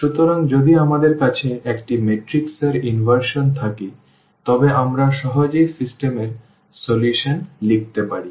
সুতরাং যদি আমাদের কাছে একটি ম্যাট্রিক্স এর ইনভার্শন থাকে তবে আমরা সহজেই সিস্টেম এর সমাধানটি লিখতে পারি